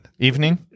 Evening